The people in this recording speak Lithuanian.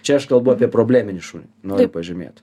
čia aš kalbu apie probleminį šunį noriu pažymėt